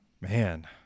Man